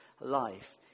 life